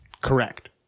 Correct